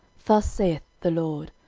thus saith the lord,